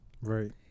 Right